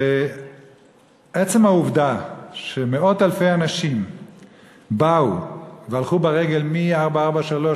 עצם העובדה שמאות אלפי אנשים באו והלכו ברגל מכביש 443,